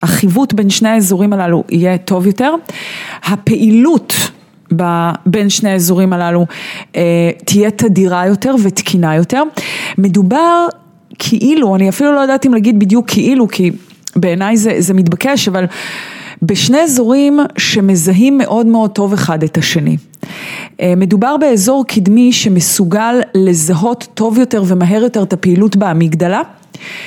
החיווט בין שני האזורים הללו יהיה טוב יותר, הפעילות ב.. בין שני האזורים הללו תהיה תדירה יותר ותקינה יותר, מדובר כאילו, אני אפילו לא יודעת אם להגיד בדיוק כאילו, כי בעיניי זה זה מתבקש, אבל בשני אזורים שמזהים מאוד מאוד טוב אחד את השני. מדובר באזור קדמי שמסוגל לזהות טוב יותר ומהר יותר את הפעילות באמיגדלה.